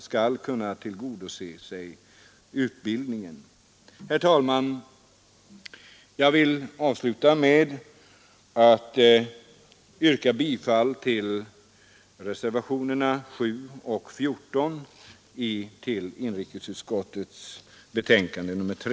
Jag vill avsluta mitt anförande med att yrka bifall till reservationerna 7 och 14 till inrikesutskottets betänkande nr 3.